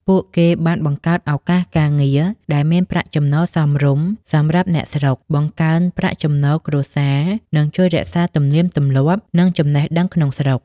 ពួកគេបានបង្កើតឱកាសការងារដែលមានប្រាក់ចំណូលសមរម្យសម្រាប់អ្នកស្រុក បង្កើនប្រាក់ចំណូលគ្រួសារ និងជួយរក្សាទំនៀមទម្លាប់ និងចំណេះដឹងក្នុងស្រុក ។